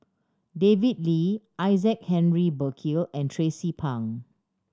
David Lee Isaac Henry Burkill and Tracie Pang